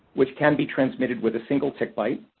which can be transmitted with a single tick bite.